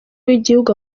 w’igihugu